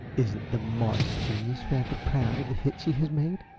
isn't the modest genius rather proud of the hit she has made?